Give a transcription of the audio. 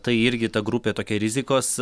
tai irgi ta grupė tokia rizikos